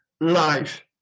life